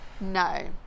no